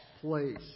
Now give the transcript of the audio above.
place